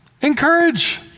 encourage